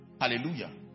Hallelujah